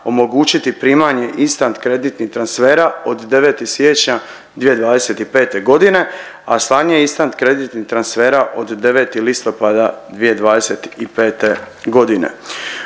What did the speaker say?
omogućiti primanje instant kreditnih transfera od 09. siječnja 2025. godine, a slanje instant kreditnih transfera od 09. listopada 2025. godine.